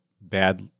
bad